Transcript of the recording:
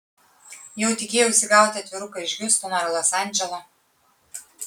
jau tikėjausi gauti atviruką iš hjustono ar los andželo